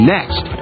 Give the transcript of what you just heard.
Next